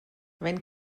wenn